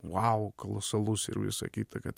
vau kolosalus ir visa kita kad